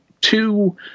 two